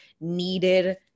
needed